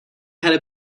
had